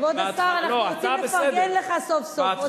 כבוד השר, אנחנו רוצים לפרגן לך סוף-סוף.